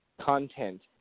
content